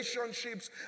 relationships